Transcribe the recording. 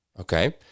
Okay